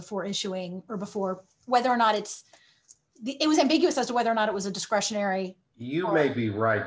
before issuing or before whether or not it's it was ambiguous as to whether or not it was a discretionary you may be right